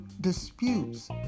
disputes